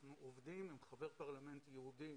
אנחנו עובדים עם חבר פרלמנט יהודי